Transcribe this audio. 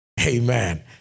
Amen